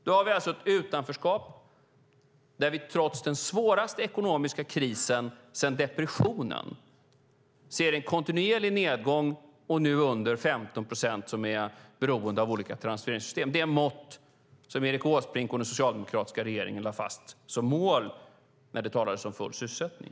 Vi har ett utanförskap där vi, trots den svåraste ekonomiska krisen sedan depressionen, ser en kontinuerlig nedgång. Det är nu under 15 procent som är beroende av olika transfereringssystem, det mått som Erik Åsbrink och den socialdemokratiska regeringen lade fast som mål när det talades om full sysselsättning.